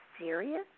serious